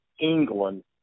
England